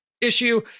issue